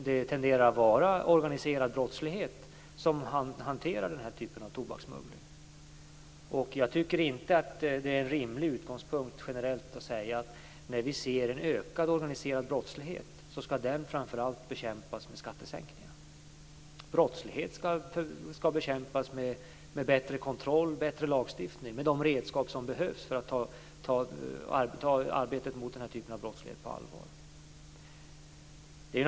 Det tenderar att vara organiserad brottslighet bakom hanteringen av den här typen av tobakssmuggling. Jag tycker inte att det är en rimlig utgångspunkt att generellt säga att när vi ser en ökad organiserad brottslighet skall den framför allt bekämpas med skattesänkningar. Brottslighet skall bekämpas med bättre kontroll och bättre lagstiftning, med de redskap som behövs för att arbetet mot den här typen av brottslighet skall tas på allvar.